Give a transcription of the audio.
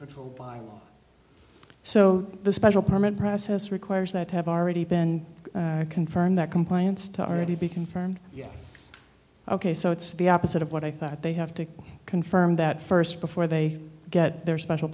told by so the special permit process requires that have already been confirmed that compliance to already be confirmed yes ok so it's the opposite of what i thought they have to confirm that first before they get their special